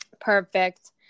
perfect